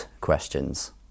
questions